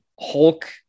Hulk